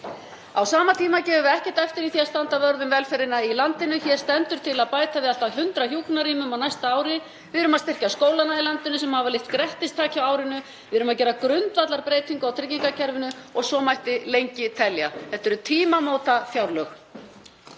Á sama tíma gefum við ekkert eftir í því að standa vörð um velferðina í landinu. Það stendur til að bæta við allt að 100 hjúkrunarrýmum á næsta ári. Við erum að styrkja skólana í landinu sem hafa lyft grettistaki á árinu. Við erum að gera grundvallarbreytingu á tryggingakerfinu og svo mætti lengi telja. Þetta eru tímamótafjárlög.